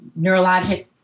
neurologic